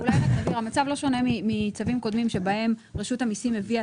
המצב לא שונה מצווים קודמים בהם רשות המיסים הביאה